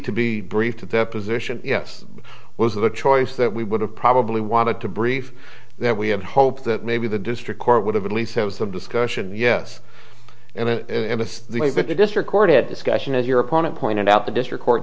that position was the choice that we would have probably wanted to brief that we had hoped that maybe the district court would have at least have some discussion yes and that the district court it discussion as your opponent pointed out the district court